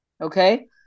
okay